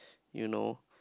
you know